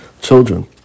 children